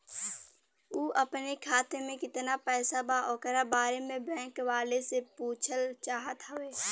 उ अपने खाते में कितना पैसा बा ओकरा बारे में बैंक वालें से पुछल चाहत हवे?